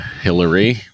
Hillary